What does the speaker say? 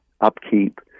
upkeep